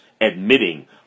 admitting